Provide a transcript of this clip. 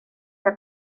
que